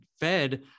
fed